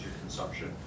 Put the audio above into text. consumption